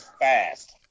fast